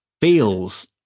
feels